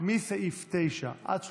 מסעיף 9 עד 33,